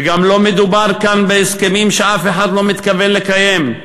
וגם לא מדובר כאן בהסכמים שאף אחד לא מתכוון לקיים.